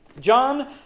John